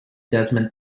desmond